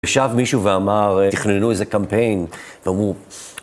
ישב מישהו ואמר, תכננו איזה קמפיין, ואמרו...